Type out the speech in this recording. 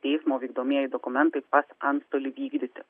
teismo vykdomieji dokumentai pas antstolį vykdyti